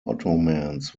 ottomans